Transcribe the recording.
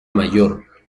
mayor